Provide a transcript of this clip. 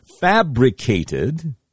fabricated